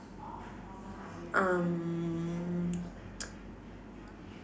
um